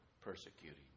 persecuting